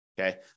Okay